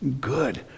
good